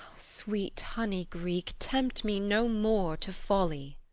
sweet honey greek, tempt me no more to folly.